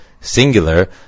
singular